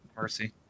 Mercy